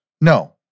no